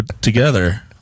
together